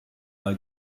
bei